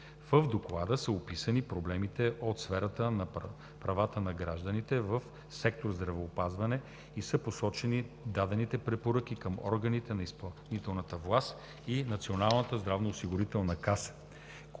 В Доклада са описани проблемите от сферата на правата на гражданите в сектор здравеопазване и са посочени дадените препоръки към органите на изпълнителната власт и Националната здравноосигурителна каса,